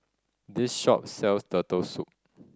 this shop sells Turtle Soup